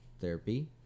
therapy